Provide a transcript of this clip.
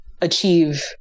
achieve